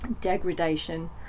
degradation